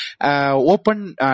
open